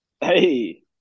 Hey